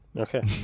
Okay